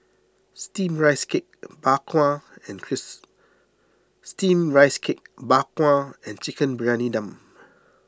Steamed Rice Cake Bak Kwa and Chris Steamed Rice Cake Bak Kwa and Chicken Briyani Dum